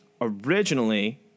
originally